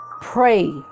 Pray